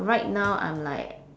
right now I'm like